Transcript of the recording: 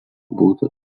būta